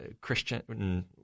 Christian